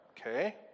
Okay